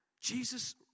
Jesus